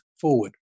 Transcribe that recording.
forward